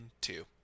two